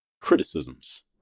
Criticisms